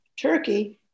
Turkey